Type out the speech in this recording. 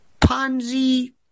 Ponzi